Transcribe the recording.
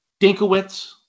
Dinkowitz